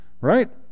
right